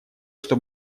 что